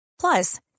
Plus